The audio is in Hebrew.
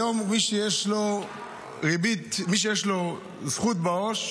היום מי שיש לו זכות בעו"ש